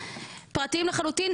פרטיים לחלוטין,